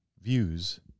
views